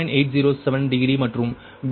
807 degree மற்றும் V31 1